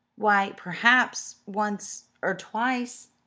why, perhaps once or twice,